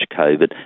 COVID